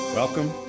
Welcome